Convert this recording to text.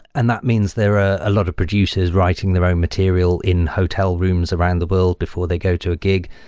and that means there are a lot of producers writing their own material in hotel rooms around the world before they go to a gig.